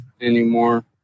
anymore